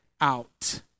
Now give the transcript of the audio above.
out